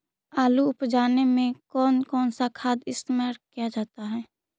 आलू उप जाने में कौन कौन सा खाद इस्तेमाल क्या जाता है?